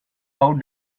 how